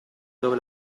dove